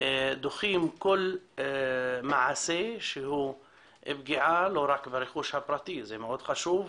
דוחים כל מעשה שהוא פגיעה לא רק ברכוש הפרטי זה מאוד חשוב,